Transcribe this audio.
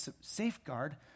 safeguard